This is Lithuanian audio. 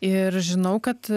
ir žinau kad